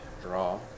Draw